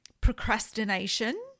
procrastination